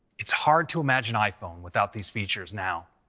it's hard to imagine iphone without these features now.